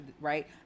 right